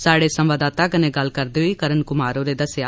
स्हाड़े संवाददाता कन्नै गल्लबात करदे होई करण कुमार होरें दस्सेआ